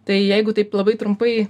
tai jeigu taip labai trumpai